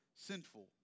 sinful